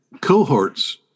Cohorts